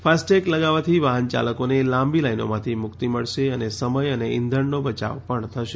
FASTag લગાવવાથી વાહન ચાલકોને લાંબી લાઈનોમાંથી મુક્તિ મળશે અને સમય અને ઈંધણનો બચાવ પણ થશે